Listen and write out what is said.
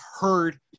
heard